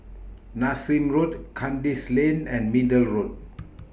Nassim Road Kandis Lane and Middle Road